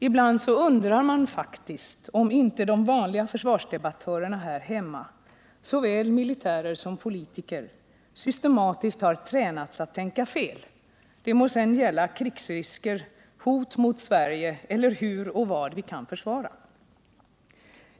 Ibland undrar man faktiskt om inte de vanliga försvarsdebattörerna här hemma, såväl militärer som politiker, systematiskt har tränats att tänka fel. Det må sedan gälla krigsrisker, hot mot Sverige eller hur vi kan försvara oss och vad vi kan försvara.